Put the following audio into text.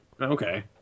okay